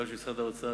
גם של משרד האוצר,